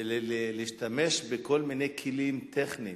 ולהשתמש בכל מיני כלים טכניים,